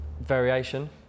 variation